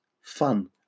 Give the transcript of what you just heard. fun